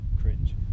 cringe